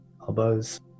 elbows